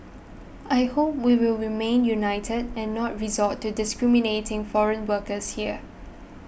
I hope we will remain united and not resort to discriminating foreign workers here